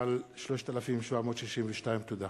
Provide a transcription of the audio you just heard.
תודה.